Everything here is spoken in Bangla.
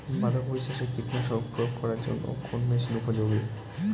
বাঁধা কপি চাষে কীটনাশক প্রয়োগ করার জন্য কোন মেশিন উপযোগী?